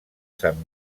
sant